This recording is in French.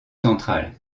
centrale